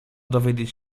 dowiedzieć